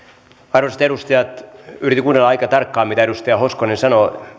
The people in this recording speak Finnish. arvoisat edustajat yritin kuunnella aika tarkkaan mitä edustaja hoskonen sanoi